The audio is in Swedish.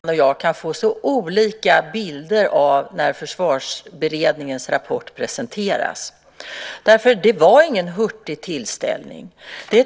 Herr talman! Jag kan inte förstå hur Allan Widman och jag kan få så olika bilder av när Försvarsberedningens rapport presenterades. Det var ingen hurtig tillställning.